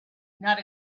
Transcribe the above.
not